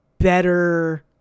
better